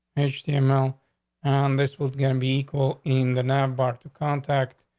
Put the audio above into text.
interesting. um now. and this was going to be equal in the number to contact.